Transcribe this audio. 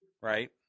Right